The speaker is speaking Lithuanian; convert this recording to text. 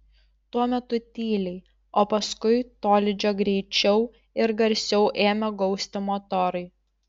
tuo metu tyliai o paskui tolydžio greičiau ir garsiau ėmė gausti motorai